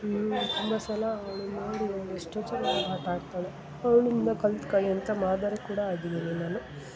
ತುಂಬ ಸಲ ಅವ್ಳನ್ನ ನೋಡಿ ಅವ್ಳು ಎಷ್ಟು ಚೆನ್ನಾಗಿ ಆಟ ಆಡ್ತಾಳೆ ಅವಳಿಂದ ಕಲ್ತ್ಕಳಿ ಅಂತ ಮಾದರಿ ಕೂಡ ಆಗಿದ್ದೀನಿ ನಾನು